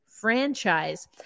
franchise